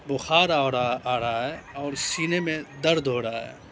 بخار آ رہا آ رہا ہے اور سینے میں درد ہو رہا ہے